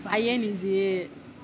iron is it